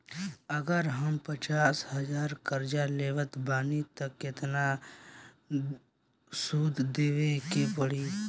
अगर हम पचास हज़ार कर्जा लेवत बानी त केतना सूद देवे के पड़ी?